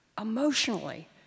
emotionally